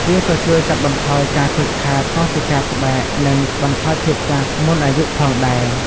វាក៏ជួយកាត់បន្ថយការខូចខាតកោសិកាស្បែក និងបន្ថយភាពចាស់មុនអាយុផងដែរ។